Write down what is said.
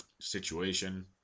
situation